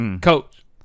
Coach